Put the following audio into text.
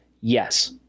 yes